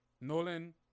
Nolan